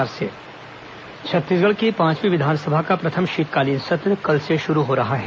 विधानसभा सत्र छत्तीसगढ़ की पांचवीं विधानसभा का प्रथम शीतकालीन सत्र कल से शुरू हो रहा है